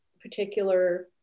particular